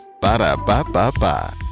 Ba-da-ba-ba-ba